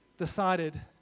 decided